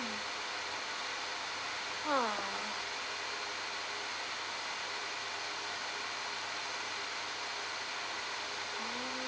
ha